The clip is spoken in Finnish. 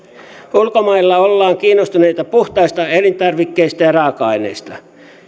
ulkomailla ollaan kiinnostuneita puhtaista elintarvikkeista ja raaka aineista